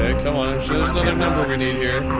ah come on, i'm sure there's another number we need, here.